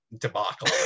debacle